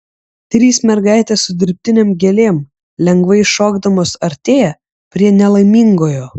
trys mergaitės su dirbtinėm gėlėm lengvai šokdamos artėja prie nelaimingojo